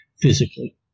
physically